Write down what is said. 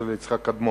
של יצחק קדמן.